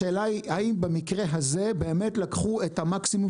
השאלה היא האם במקרה הזה באמת לקחו את המקסימום